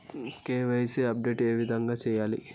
KYC update ఏ విధంగా సేయాలి?